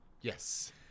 Yes